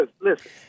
listen